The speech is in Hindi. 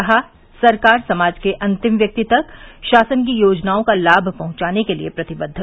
कहा सरकार समाज के अंतिम व्यक्ति तक शासन की योजनाओं का लाम पहुंचाने के लिए प्रतिबद्द